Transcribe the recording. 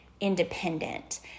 independent